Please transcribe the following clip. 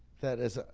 that as a,